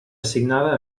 assignada